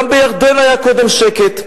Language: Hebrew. גם בירדן היה קודם שקט.